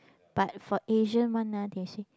but for Asian one ah they say